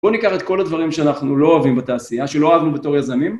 בואו ניקח את כל הדברים שאנחנו לא אוהבים בתעשייה, שלא אהבנו בתור יזמים.